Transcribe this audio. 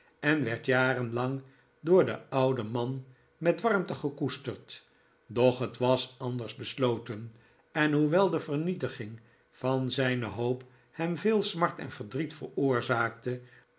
en werd jarenlang door den ouden man met warmte gekoesterd doch het was anders besloten en hoewel de vernietiging van zijne hoop hem veel smart en verdriet veroorzaakte